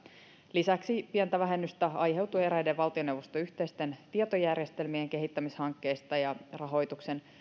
lisäksi pientä vähennystä aiheutuu eräiden valtioneuvoston yhteisten tietojärjestelmien kehittämishankkeista ja rahoituksen